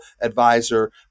advisor